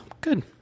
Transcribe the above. Good